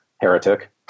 Heretic